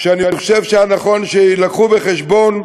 שאני חושב שהיה נכון שיובאו בחשבון,